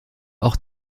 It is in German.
auch